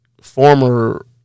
former